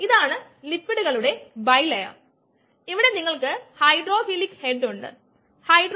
ഇതാണ് അറിയപ്പെടുന്ന Michaelis Menten സമവാക്യം